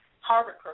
Harvard